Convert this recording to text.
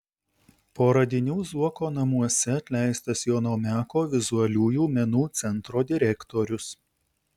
po radinių zuoko namuose atleistas jono meko vizualiųjų menų centro direktorius